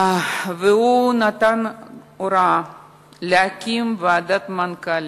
והוא נתן הוראה להקים ועדת מנכ"לים.